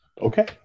Okay